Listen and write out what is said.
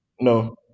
No